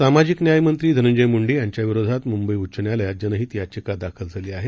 सामाजिकन्यायमंत्रीधनंजयमुंडेयांच्याविरोधातमुंबईउच्चन्यायालयातजनहितयाचिकादाखलझालीआहे